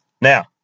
Now